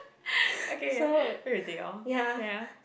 okay ya everything oh ya